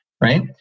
right